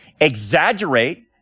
exaggerate